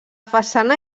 façana